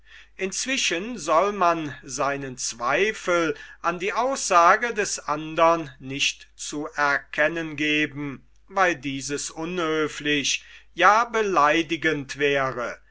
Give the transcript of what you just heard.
inzwischen soll man seinen zweifel an die aussage des andern nicht zu erkennen geben weil dieses unhöflich ja beleidigend wäre